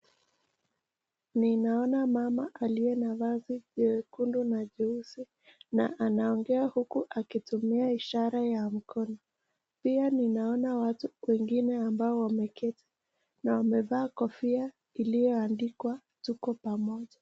Ninaona mama aliye na vazi jekundu na jeusi na anaongea huku akitumia ishara ya mkono. Pia ninaona watu wengine ambao wameketi na wamevaa kofia iliyoandikwa: Tuko pamoja.